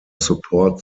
support